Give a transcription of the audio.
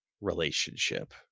relationship